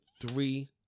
Three